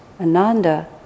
Ananda